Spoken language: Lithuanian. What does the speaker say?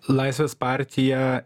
laisvės partija